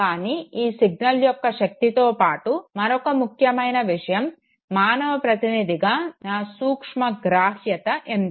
కానీ ఈ సిగ్నల్ యొక్క శక్తితో పాటు మరొక ముఖ్యమైన విషయం మానవ ప్రతినిధిగా నా సూక్ష్మగ్రాహ్యత ఎంత